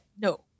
no